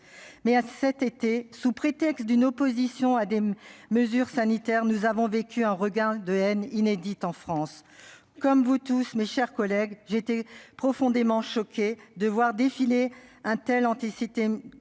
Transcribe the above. avons vécu, sous prétexte d'une opposition à des mesures sanitaires, un regain de haine inédit en France. Comme vous tous, mes chers collègues, j'ai été profondément choquée de voir défiler un tel antisémitisme